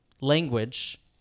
language